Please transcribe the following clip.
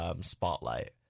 spotlight